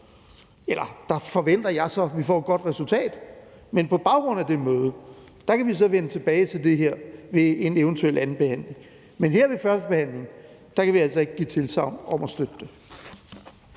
Og der forventer jeg så, at vi får et godt resultat. Og på baggrund af det møde kan vi så vende tilbage til det her ved en eventuel andenbehandling, men her ved førstebehandlingen kan vi altså ikke give tilsagn om at støtte det.